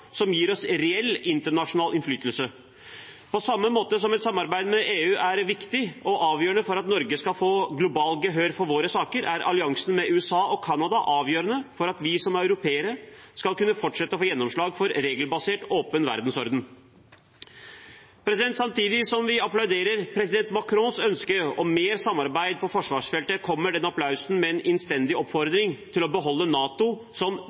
som gir oss reell internasjonal innflytelse. På samme måte som et samarbeid med EU er viktig og avgjørende for at Norge skal få gehør globalt for sine saker, er alliansen med USA og Canada avgjørende for at vi som europeere skal kunne fortsette med å få gjennomslag for en regelbasert, åpen verdensorden. Samtidig som vi applauderer president Macrons ønske om mer samarbeid på forsvarsfeltet, kommer den applausen med en innstendig oppfordring om å beholde NATO som